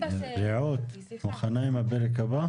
רעות, את מוכנה עם הפרק הבא?